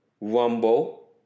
Rumble